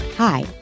Hi